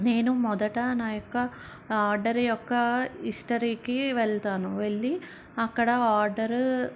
నేను మొదట నా యొక్క ఆర్డర్ యొక్క హిస్టరీకి వెళ్తాను వెళ్లి అక్కడ ఆర్డరు